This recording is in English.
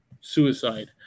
suicide